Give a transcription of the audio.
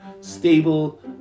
stable